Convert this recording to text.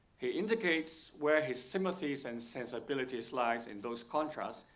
he indicates where his sympathies and sensibilities lies in those contrast,